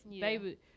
Baby